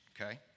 okay